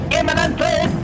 imminently